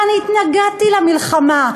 אני התנגדתי למלחמה,